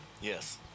Yes